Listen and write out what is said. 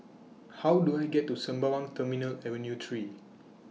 How Do I get to Sembawang Terminal Avenue three